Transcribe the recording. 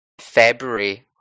February